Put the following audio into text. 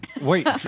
Wait